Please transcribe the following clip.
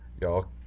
y'all